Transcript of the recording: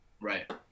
right